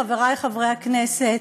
חברי חברי הכנסת,